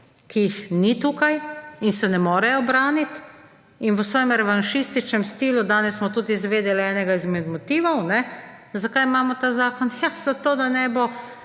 ki jih ni tukaj in se ne morejo branit in v vsem… / nerazumljivo/ stilu. Danes smo tudi izvedeli enega izmed motivov, zakaj imamo ta zakon. Ja, zato da ne bo